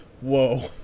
whoa